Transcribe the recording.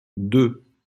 deux